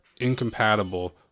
incompatible